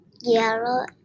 yellow